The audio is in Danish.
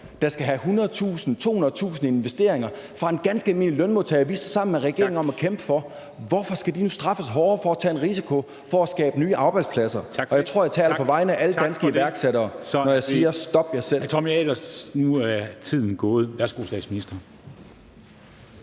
der skal have 100.000, 200.000 i investeringer fra en ganske almindelig lønmodtager, som vi står sammen med regeringen om at kæmpe for. Hvorfor skal de nu straffes hårdere for at tage en risiko for at skabe nye arbejdspladser? Og jeg tror, at jeg taler på vegne af alle danske iværksættere, når jeg siger: Stop jer selv. Kl. 23:21 Formanden (Henrik Dam Kristensen): Hr.